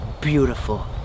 beautiful